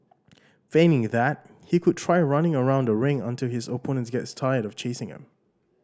failing that he could try running around the ring until his opponent gets tired of chasing him